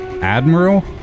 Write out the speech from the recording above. Admiral